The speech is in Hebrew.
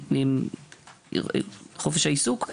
חופש העיסוק,